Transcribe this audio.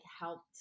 helped